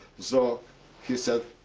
so he said,